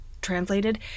translated